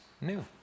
new